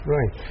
Right